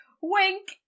Wink